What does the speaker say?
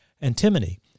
Antimony